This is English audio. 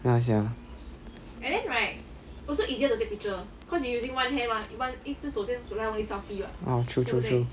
ya sia oh true true true